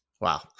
Wow